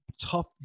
tough